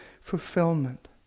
fulfillment